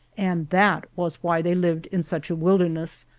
and that was why they lived in such a wilderness,